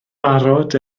barod